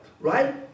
right